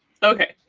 okay,